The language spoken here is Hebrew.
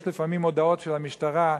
יש לפעמים הודעות של המשטרה,